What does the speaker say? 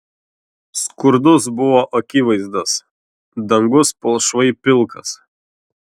skurdus buvo akivaizdas dangus palšvai pilkas